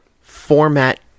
format